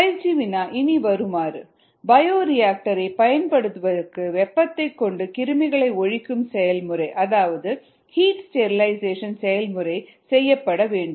பயிற்சி வினா இனி வருமாறு பயோரியாக்டர் ஐ பயன்படுத்துவதற்கு வெப்பத்தைக் கொண்டு கிருமிகளை ஒழிக்கும் செயல்முறை அதாவது ஹீட் ஸ்டெரிலைசேஷன் செயல்முறை செய்யப்பட வேண்டும்